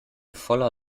voller